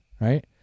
right